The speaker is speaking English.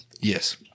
Yes